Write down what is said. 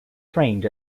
trained